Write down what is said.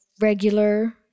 regular